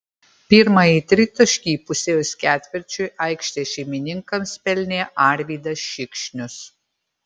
pirmąjį tritaškį įpusėjus ketvirčiui aikštės šeimininkams pelnė arvydas šikšnius